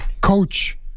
coach